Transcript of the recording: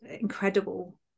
incredible